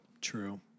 True